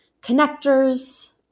connectors